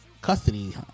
custody